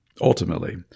ultimately